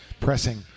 pressing